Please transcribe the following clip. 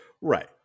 Right